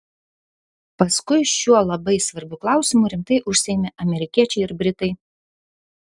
paskui šiuo labai svarbiu klausimu rimtai užsiėmė amerikiečiai ir britai